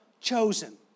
chosen